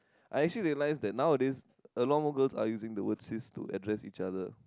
I actually like that nowadays no more girl to are using the words seize to attract each other